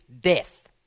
death